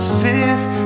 fifth